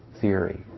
theory